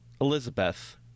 elizabeth